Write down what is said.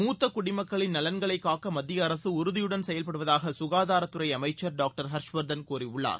மூத்த குடிமக்களின் நலன்களைக் காக்க மத்திய அரசு உறுதியுடன் செயல்படுவதாக சுகாதாரத்துறை அமைச்சர் டாக்டர் ஹர்ஷ்வர்தன் கூறியுள்ளார்